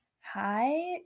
hi